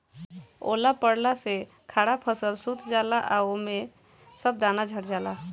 ओला पड़ला से खड़ा फसल सूत जाला आ ओमे के सब दाना झड़ जाला